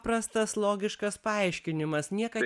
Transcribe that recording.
paprastas logiškas paaiškinimas niekad